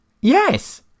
Yes